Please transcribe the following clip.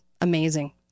amazing